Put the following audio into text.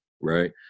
right